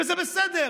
וזה בסדר,